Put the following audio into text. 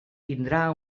tindrà